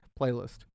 playlist